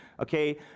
Okay